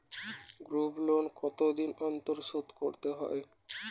Group loan কতদিন অন্তর শোধকরতে হয়?